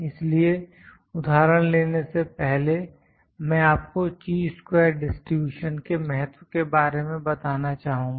इसलिए उदाहरण लेने से पहले मैं आपको ची स्क्वेर डिस्ट्रब्यूशन के महत्व के बारे में बताना चाहूँगा